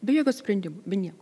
be jokio sprendimo be nieko